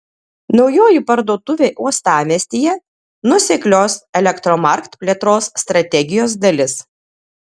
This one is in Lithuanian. naujoji parduotuvė uostamiestyje nuoseklios elektromarkt plėtros strategijos dalis